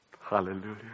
Hallelujah